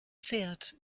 fährt